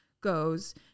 goes